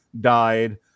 died